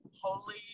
holy